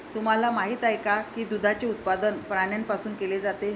तुम्हाला माहित आहे का की दुधाचे उत्पादन प्राण्यांपासून केले जाते?